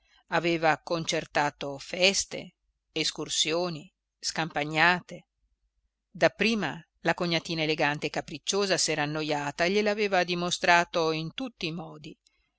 aveva concertato feste escursioni scampagnate dapprima la cognatina elegante e capricciosa s'era annojata e gliel'aveva dimostrato in tutti i modi